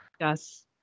Yes